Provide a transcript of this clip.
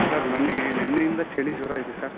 sir ನನಗೆ ನಿನ್ನೆಯಿಂದ ಚಳಿ ಜ್ವರ ಇದೆ ಸರ್